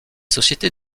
sociétés